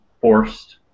forced